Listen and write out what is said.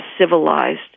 civilized